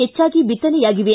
ಹೆಚ್ಚಾಗಿ ಬಿತ್ತನೆಯಾಗಿವೆ